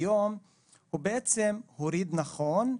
הוא הוריד נכון,